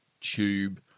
tube